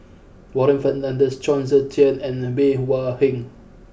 Warren Fernandez Chong Tze Chien and Bey Hua Heng